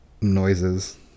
noises